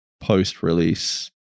post-release